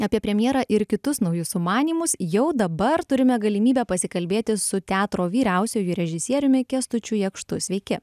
apie premjerą ir kitus naujus sumanymus jau dabar turime galimybę pasikalbėti su teatro vyriausiuoju režisieriumi kęstučiu jakštu sveiki